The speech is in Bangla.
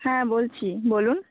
হ্যাঁ বলছি বলুন